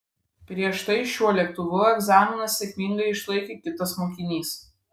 prieš tai šiuo lėktuvu egzaminą sėkmingai išlaikė kitas mokinys